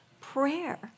Prayer